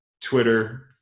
Twitter